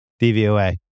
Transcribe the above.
DVOA